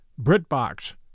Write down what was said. BritBox